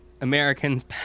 Americans